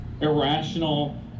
irrational